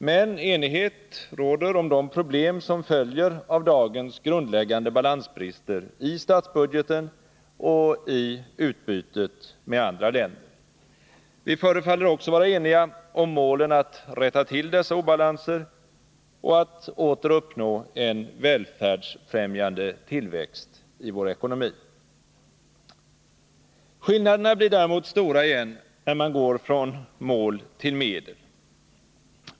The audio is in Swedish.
Men enighet råder om de problem som följer av dagens grundläggande balansbrister i statsbudgeten och i utbytet med andra länder. Vi förefaller också vara eniga om målen att rätta till dessa obalanser och att åter uppnå en välfärdsfrämjande tillväxt i vår ekonomi. Skillnaderna blir däremot stora igen, när man går från mål till medel.